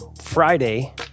Friday